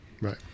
right